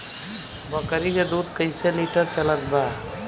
बकरी के दूध कइसे लिटर चलत बा?